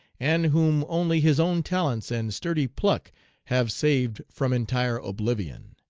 and whom only his own talents and sturdy pluck have saved from entire oblivion.